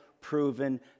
proven